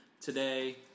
today